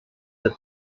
the